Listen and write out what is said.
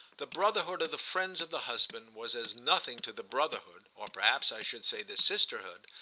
the brotherhood of the friends of the husband was as nothing to the brotherhood, or perhaps i should say the sisterhood,